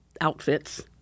outfits